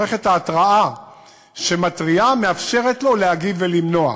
מערכת ההתרעה שמתריעה מאפשרת לו להגיב ולמנוע.